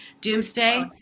doomsday